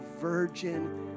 virgin